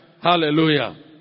Hallelujah